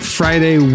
friday